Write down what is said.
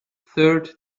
third